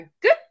good